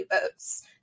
boats